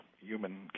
human